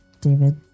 David